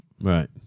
Right